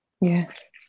yes